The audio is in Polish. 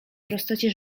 prostocie